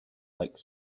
like